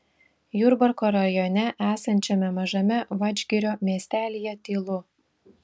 jurbarko rajone esančiame mažame vadžgirio miestelyje tylu